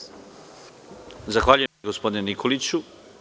Zahvaljujem, gospodine Nikoliću.